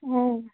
অঁ